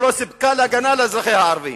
שלא סיפקה הגנה לאזרחיה הערבים,